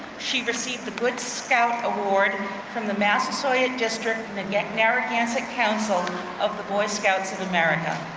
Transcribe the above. she received the good scout award from the massasoit district in the garragansett council of the boy scouts of america.